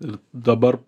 ir dabar